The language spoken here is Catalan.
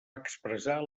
expressar